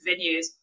venues